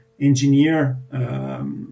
engineer